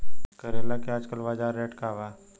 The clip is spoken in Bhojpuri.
करेला के आजकल बजार रेट का बा?